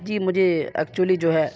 جی مجھے ایکچولی جو ہے